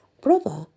Brother